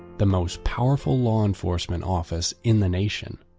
the most powerful law enforcement office in the nation.